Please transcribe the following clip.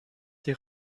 die